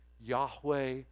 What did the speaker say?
Yahweh